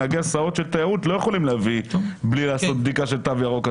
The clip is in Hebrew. נהגי הסעות של תיירות לא יכולים להביא בלי לעשות בדיקה של תו ירוק,